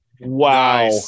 Wow